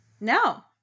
No